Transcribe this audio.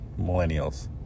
millennials